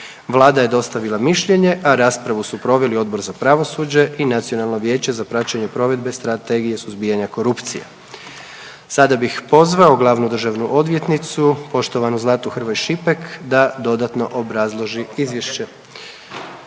Vlada je dostavila mišljenje, a raspravu su proveli Odbor za pravosuđe i Nacionalno vijeće za praćenje provedbe Strategije za suzbijanje korupcije. Sada bih pozvao glavnu državnu odvjetnicu poštovanu Zlatu Hrvoje Šipek da dodatno obrazloži izvješće.